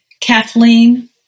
Kathleen